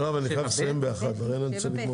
7(ב) , 7(ג).